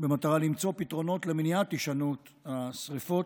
במטרה למצוא פתרונות למניעת הישנות השרפות,